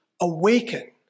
awaken